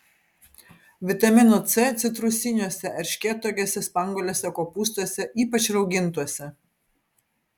vitamino c citrusiniuose erškėtuogėse spanguolėse kopūstuose ypač raugintuose